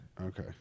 Okay